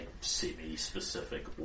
semi-specific